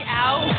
out